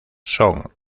son